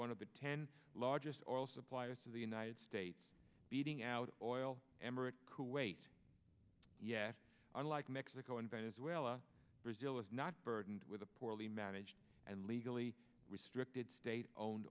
one of the ten largest oil suppliers to the united states beating out of oil emirate kuwait yet unlike mexico and venezuela brazil is not burdened with a poorly managed and legally restricted state owned